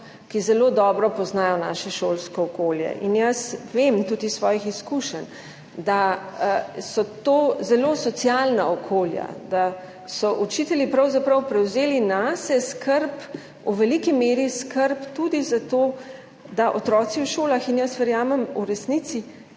ki zelo dobro poznajo naše šolsko okolje. In jaz vem tudi iz svojih izkušenj, da so to zelo socialna okolja, da so učitelji pravzaprav prevzeli nase skrb, v veliki meri skrb tudi za to, da otroci v šolah, in jaz verjamem, v resnici